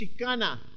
Chicana